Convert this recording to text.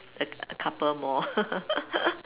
a a couple more